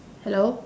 hello